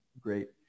great